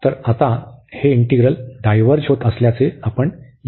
तर आता हे इंटीग्रल डायव्हर्ज होत असल्याचे आपण येथे दर्शवू